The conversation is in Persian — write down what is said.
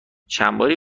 چندباری